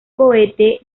cohete